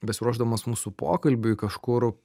besiruošdamas mūsų pokalbiui kažkur